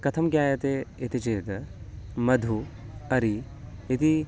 कथं ज्ञायते इति चेत् मधु अरि इति